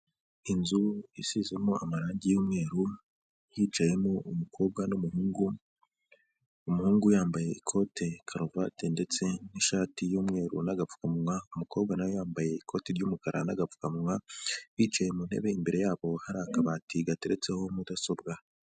Inzu ya isizemo amarangi y'umweru hicayemo umukobwa n'umuhungu, umuhungu yambaye ikote, karuvati ndetse n'ishati y'umweru, n'agapfukamunwa, umukobwa nawe yambaye ikoti ry'umukara, n'agapfukamunwa bicaye mu ntebe, imbere yabo hari akabati gateretseho mudasobwa.